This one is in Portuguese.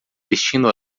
vestindo